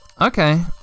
Okay